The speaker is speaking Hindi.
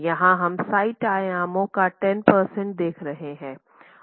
यहां हम साइट आयाम का 10 प्रतिशत देख रहे हैं